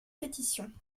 pétition